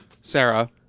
Sarah